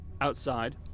outside